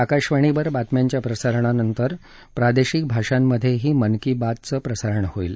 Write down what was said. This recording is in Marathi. आकाशवाणीवर बातम्याच्या प्रसारणा नंतर प्रादेशिक भाषांमधेही मन की बात प्रसारण होईल